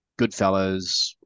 Goodfellas